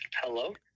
Hello